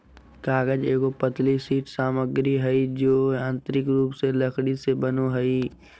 कागज एगो पतली शीट सामग्री हइ जो यांत्रिक रूप से लकड़ी से बनो हइ